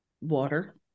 water